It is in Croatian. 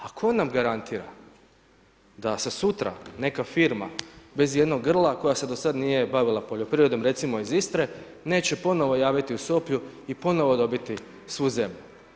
A tko nam garantira da se sutra neka firma bez i jednog grla koja se do sad nije bavila poljoprivredom recimo iz Istre neće ponovo javiti u Sopju i ponovno dobiti svu zemlju.